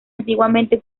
antiguamente